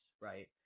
right